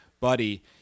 buddy